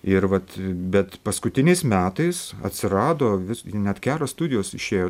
ir vat bet paskutiniais metais atsirado vis net kelios studijos išėjo